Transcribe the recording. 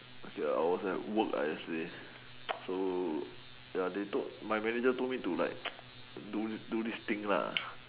okay I was like work yesterday so my manager told me to like do these do these things